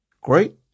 Great